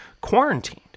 quarantined